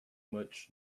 much